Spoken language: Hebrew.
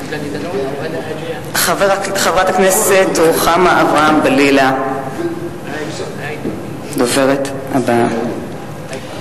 חברת הכנסת רוחמה אברהם-בלילא, הדוברת הבאה.